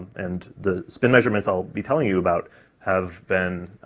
and the spin measurements i'll be telling you about have been